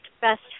best